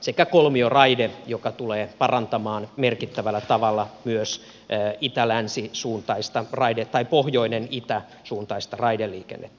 ja kolmioraide tulee parantamaan merkittävällä tavalla myös kehä itä länsi suuntaista raide tai pohjoinen pohjoinenitä suuntaista raideliikennettä